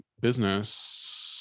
business